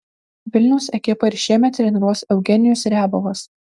vilniaus ekipą ir šiemet treniruos eugenijus riabovas